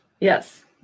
Yes